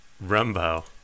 Rumbo